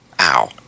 Ow